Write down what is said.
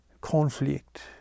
conflict